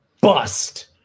bust